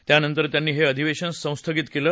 त्यानंतर त्यांनी हे अधिवेशन संस्थगित केलं